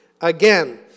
again